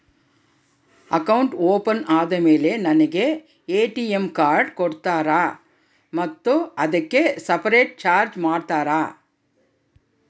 Account open ಆದಮೇಲೆ ನನಗೆ ATM card ಕೊಡ್ತೇರಾ ಮತ್ತು ಅದಕ್ಕೆ ಸಪರೇಟ್ ಚಾರ್ಜ್ ಮಾಡ್ತೇರಾ?